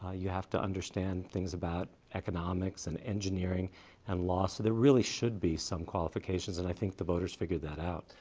ah you have to understand things about economics and engineering and laws. so there really should be some qualifications, and i think the voters figured that out.